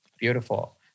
Beautiful